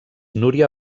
núria